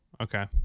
Okay